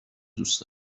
دوست